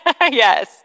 Yes